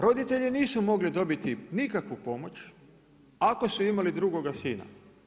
Roditelji nisu mogli dobiti nikakvu pomoć ako su imali drugoga sina.